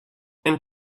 and